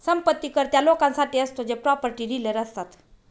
संपत्ती कर त्या लोकांसाठी असतो जे प्रॉपर्टी डीलर असतात